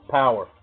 power